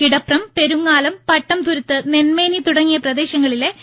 കിടപ്രം പെരുങ്ങാലം പട്ടംതുരുത്ത് നെന്മേനി തുടങ്ങിയ പ്രദേശങ്ങളിലെ വെള്ളം കയറി